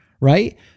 right